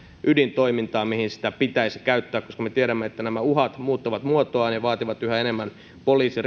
ydintoimintaan mihin sitä pitäisi käyttää koska me tiedämme että nämä uhat muuttavat muotoaan ja vaativat yhä enemmän poliisin